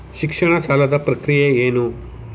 ಶಿಕ್ಷಣ ಸಾಲದ ಪ್ರಕ್ರಿಯೆ ಏನು?